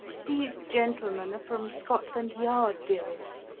these gentlemen are from scotland yard, dearest,